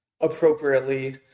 appropriately